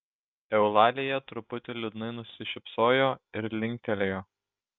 eulalija truputį liūdnai nusišypsojo ir linktelėjo